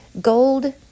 gold